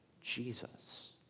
Jesus